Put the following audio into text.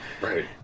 Right